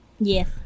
Yes